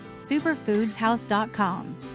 superfoodshouse.com